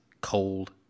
cold